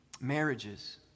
marriages